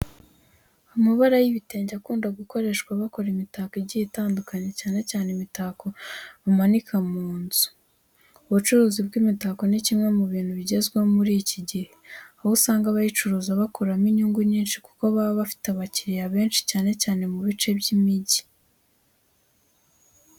Amabara y'ibitenge akunda gukoreshwa bakora imitako igiye itandukanye, cyane cyane imitako bamanika mu nzu. Ubucuruzi bw'imitako ni kimwe mu bintu bigezweho muri iki gihe, aho usanga abayicuruza bakuramo inyungu nyinshi kuko baba bafite abakiriya benshi cyane cyane mu bice by'imigi.